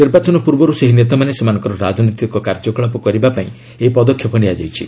ନିର୍ବାଚନ ପ୍ରର୍ବରୁ ସେହି ନେତାମାନେ ସେମାନଙ୍କର ରାଜନୈତିକ କାର୍ଯ୍ୟକଳାପ କରିବାପାଇଁ ଏହି ପଦକ୍ଷେପ ନିଆଯାଇଛି